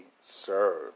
serve